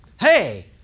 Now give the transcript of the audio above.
hey